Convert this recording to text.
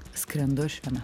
skrendu aš viena